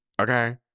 okay